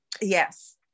Yes